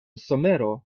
somero